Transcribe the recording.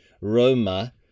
Roma